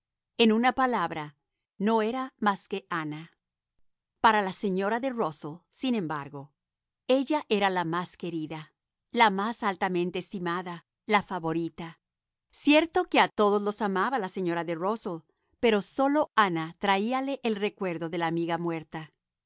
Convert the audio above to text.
en una palabra no era más que ana para la señora de rusell sin embargo ella era la más querida la más altamente estimada la favorita cierto que a todos los amaba la señora de rusell pero sólo ana traíale eí recuerdo de la amiga muerta